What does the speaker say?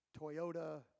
Toyota